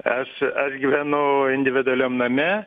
es aš gyvenu individualiam name